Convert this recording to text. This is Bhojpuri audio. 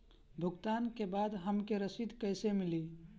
भुगतान के बाद हमके रसीद कईसे मिली?